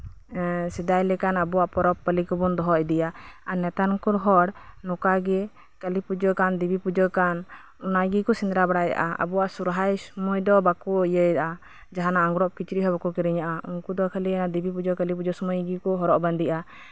ᱥᱮᱫᱟᱭ ᱞᱮᱠᱟᱱ ᱟᱵᱚᱣᱟᱜ ᱯᱚᱨᱚᱵᱽ ᱯᱟᱹᱞᱤ ᱠᱚᱵᱚᱱ ᱫᱚᱦᱚ ᱤᱫᱤᱭᱟ ᱟᱨ ᱱᱮᱛᱟᱨ ᱠᱚ ᱦᱚᱲ ᱱᱚᱝᱠᱟ ᱜᱮ ᱠᱟᱹᱞᱤ ᱯᱩᱡᱟᱹ ᱠᱟᱱ ᱫᱮᱵᱤ ᱯᱩᱡᱟᱹ ᱠᱟᱱ ᱚᱱᱟ ᱜᱮᱠᱚ ᱥᱮᱸᱫᱽᱨᱟ ᱵᱟᱲᱟᱭᱮᱫᱟ ᱟᱨ ᱟᱵᱚᱣᱟᱜ ᱥᱚᱨᱦᱟᱭ ᱥᱚᱢᱚᱭ ᱫᱚ ᱵᱟᱠᱚ ᱤᱭᱟᱹ ᱭᱮᱫᱟ ᱡᱟᱸᱦᱟᱱᱟᱜ ᱟᱸᱜᱽᱨᱚᱵᱽ ᱠᱤᱪᱨᱤᱪ ᱦᱚᱸ ᱵᱟᱠᱚ ᱠᱤᱨᱤᱧᱮᱜᱼᱟ ᱩᱱᱠᱩ ᱫᱚ ᱠᱷᱟᱹᱞᱤ ᱫᱮᱵᱤ ᱯᱩᱡᱟᱹ ᱠᱟᱹᱞᱤ ᱯᱩᱡᱟᱹ ᱥᱚᱢᱚᱭ ᱜᱮᱠᱚ ᱦᱚᱨᱚᱜ ᱵᱟᱸᱫᱮᱜᱼᱟ